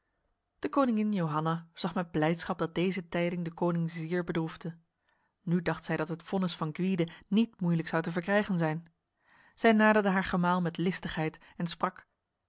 de koningin johanna zag met blijdschap dat deze tijding de koning zeer bedroefde nu dacht zij dat het vonnis van gwyde niet moeilijk zou te verkrijgen zijn zij naderde haar gemaal met listigheid en sprak